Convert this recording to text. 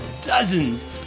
dozens